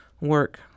work